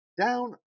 down